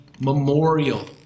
Memorial